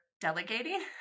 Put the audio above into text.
delegating